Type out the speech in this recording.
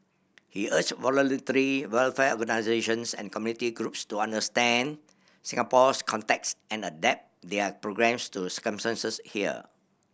he urged voluntary welfare organisations and community groups to understand Singapore's context and adapt their programmes to circumstances here